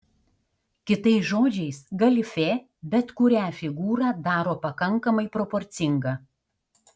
kitais žodžiais galifė bet kurią figūrą daro pakankamai proporcinga